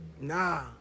Nah